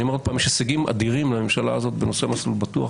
אני אומר שוב שלממשלה הזאת יש הישגים אדירים בנושא מסלול בטוח,